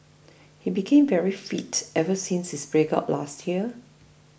he became very fit ever since his breakup last year